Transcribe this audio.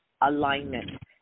alignment